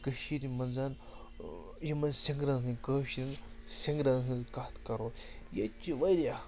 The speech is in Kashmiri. کٔشیٖرِ منٛز یِمَن سِنٛگرَن ہٕنٛدۍ کٲشرٮ۪ن سِنٛگرَن ہٕنٛز کَتھ کَرو ییٚتہِ چھِ واریاہ